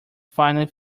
finally